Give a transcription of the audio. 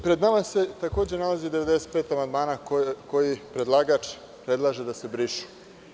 Pred nama se takođe nalazi 95 amandmana koji predlagač predlaže da se brišu.